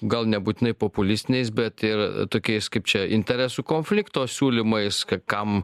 gal nebūtinai populistiniais bet ir tokiais kaip čia interesų konflikto siūlymais ka kam